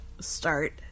start